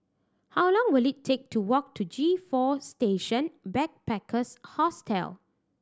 how long will it take to walk to G Four Station Backpackers Hostel